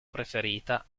preferita